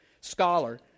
scholar